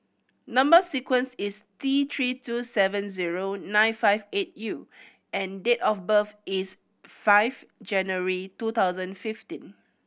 number sequence is T Three two seven zero nine five eight U and date of birth is five January two thousand fifteen